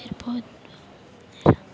ಇರ್ಬೋದು